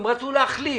הם רצו להחליף.